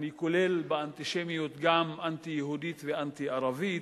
ואני כולל באנטישמיות גם אנטי-יהודית וגם אנטי-ערבית,